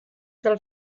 del